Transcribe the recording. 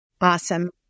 Awesome